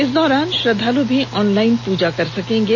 इस दौरान श्रद्धाल भी ऑनलाइन पूजा कर सकेंगे